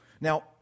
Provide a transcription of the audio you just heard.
Now